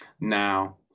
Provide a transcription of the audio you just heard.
Now